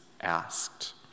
asked